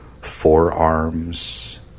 forearms